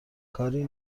کاری